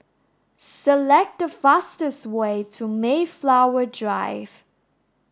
select the fastest way to Mayflower Drive